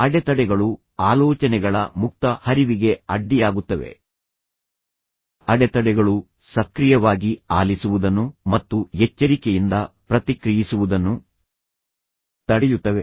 ಅಡೆತಡೆಗಳು ಆಲೋಚನೆಗಳ ಮುಕ್ತ ಹರಿವಿಗೆ ಅಡ್ಡಿಯಾಗುತ್ತವೆ ಅಡೆತಡೆಗಳು ಸಕ್ರಿಯವಾಗಿ ಆಲಿಸುವುದನ್ನು ಮತ್ತು ಎಚ್ಚರಿಕೆಯಿಂದ ಪ್ರತಿಕ್ರಿಯಿಸುವುದನ್ನು ತಡೆಯುತ್ತವೆ